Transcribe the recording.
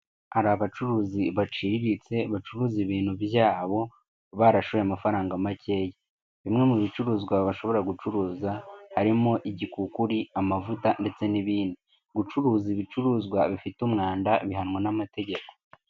Hari abacuruzi baciriritse, bacuruza ibintu byabo barashoye amafaranga makeya, bimwe mu bicuruzwa bashobora gucuruza, harimo igikukuru, amavuta, ndetse n'ibindi, gucuruza ibicuruzwa bifite umwanda bihanwa n'amategeko.